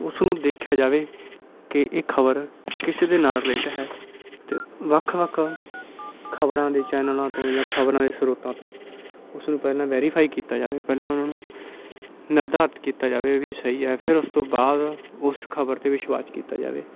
ਉਸਨੂੰ ਦੇਖਿਆ ਜਾਵੇ ਕਿ ਇਹ ਖਬਰ ਕਿਸ ਦੇ ਨਾਲ ਰਿਲੇਟ ਹੈ ਅਤੇ ਵੱਖ ਵੱਖ ਖਬਰਾਂ ਦੇ ਚੈਨਲਾਂ ਤੋਂ ਜਾਂ ਖਬਰਾਂ ਦੇ ਸਰੋਤਾਂ ਤੋਂ ਉਸਨੂੰ ਪਹਿਲਾਂ ਵੈਰੀਫਾਈ ਕੀਤਾ ਜਾਵੇ ਪਹਿਲਾਂ ਉਨ੍ਹਾਂ ਨੂੰ ਨਿਰਧਾਰਿਤ ਕੀਤਾ ਜਾਵੇ ਵੀ ਸਹੀ ਹੈ ਫੇਰ ਉਸ ਤੋਂ ਬਾਅਦ ਉਸ ਖਬਰ 'ਤੇ ਵਿਸ਼ਵਾਸ ਕੀਤਾ ਜਾਵੇ